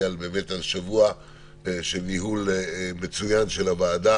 על שבוע של ניהול מצוין של הוועדה.